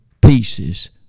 pieces